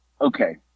okay